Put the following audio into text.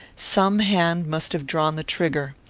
some hand must have drawn the trigger.